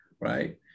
right